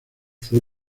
fue